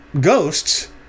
ghosts